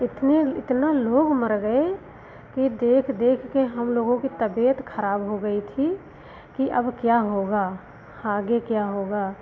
इतने इतना लोग मर गए कि देख देख कर हम लोगों की तबियत खराब हो गई थी कि अब क्या होगा आगे क्या होगा